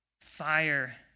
fire